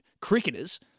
cricketers